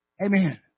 Amen